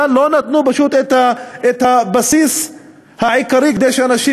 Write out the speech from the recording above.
כאן לא נתנו פשוט את הבסיס העיקרי כדי שאנשים